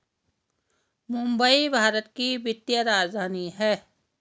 मुंबई भारत की वित्तीय राजधानी है